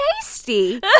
tasty